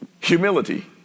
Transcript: Humility